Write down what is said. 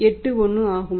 81 ஆகும்